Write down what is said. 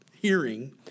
hearing